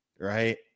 right